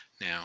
Now